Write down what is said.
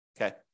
okay